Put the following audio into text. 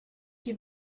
die